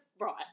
Right